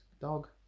dog